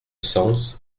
sens